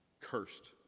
Cursed